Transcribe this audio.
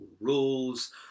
rules